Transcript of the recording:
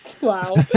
Wow